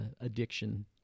addiction